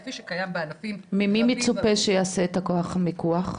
כפי שקיים בענפים --- ממי מצופה שייעשה כוח מיקוח?